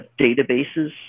databases